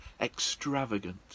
extravagant